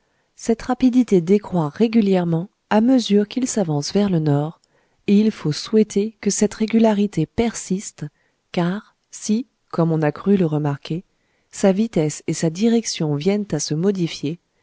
cette rapidité décroît régulièrement à mesure qu'il s'avance vers le nord et il faut souhaiter que cette régularité persiste car si comme on a cru le remarquer sa vitesse et sa direction viennent à se modifier